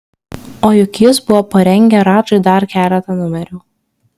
o juk jis buvo parengę radžai dar keletą numerių